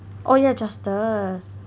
oh yeah Justus